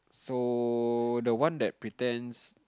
so the one that pretends